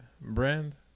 brand